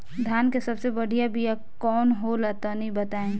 धान के सबसे बढ़िया बिया कौन हो ला तनि बाताई?